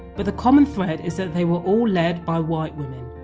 but the common thread is that they were all lead by white women.